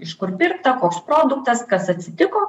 iš kur pirkta koks produktas kas atsitiko